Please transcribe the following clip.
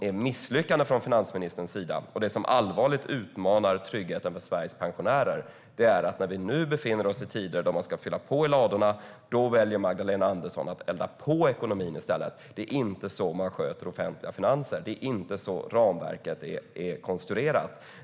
Misslyckandet från finansministerns sida, och det som allvarligt utmanar tryggheten för Sveriges pensionärer, är att när vi nu befinner oss i tider då vi ska fylla på i ladorna väljer Magdalena Andersson att elda på ekonomin i stället. Det är inte så man sköter offentliga finanser. Det är inte så ramverket är konstruerat.